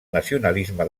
nacionalisme